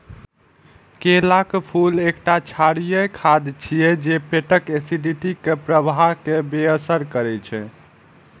केलाक फूल एकटा क्षारीय खाद्य छियै जे पेटक एसिड के प्रवाह कें बेअसर करै छै